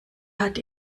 hat